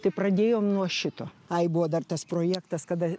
tai pradėjom nuo šito ai buvo dar tas projektas kada